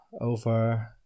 over